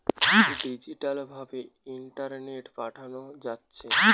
digital ভাবে ইন্টারনেটে পাঠানা যাচ্ছে